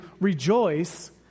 rejoice